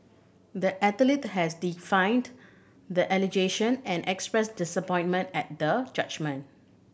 the athlete has defined the allegation and expressed disappointment at the judgment